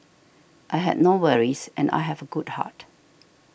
I had no worries and I have a good heart